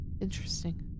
Interesting